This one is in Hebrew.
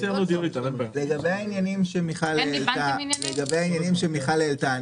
לגבי העניינים שמיכל העלתה,